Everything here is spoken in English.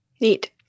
Neat